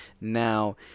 Now